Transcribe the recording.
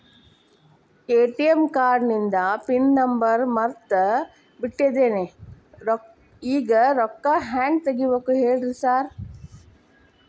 ATM ಕಾರ್ಡಿಂದು PIN number ಮರ್ತ್ ಬಿಟ್ಟಿದೇನಿ ಈಗ ರೊಕ್ಕಾ ಹೆಂಗ್ ತೆಗೆಬೇಕು ಹೇಳ್ರಿ ಸಾರ್